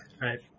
Right